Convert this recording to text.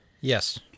Yes